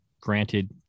granted